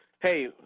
hey